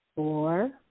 Four